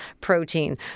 protein